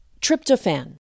tryptophan